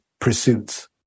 pursuits